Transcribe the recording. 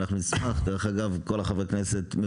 ואנחנו נשמח שכל חברי הכנסת יהיו פה,